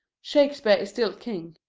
shakespeare is still king,